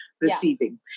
receiving